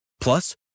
Plus